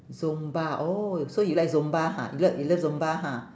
zumba oh so you like zumba ha you lo~ you love zumba ha